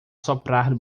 soprar